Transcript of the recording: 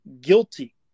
guilty